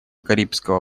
карибского